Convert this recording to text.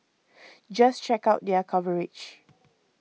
just check out their coverage